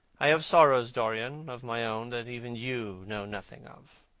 i have sorrows, dorian, of my own, that even you know nothing of.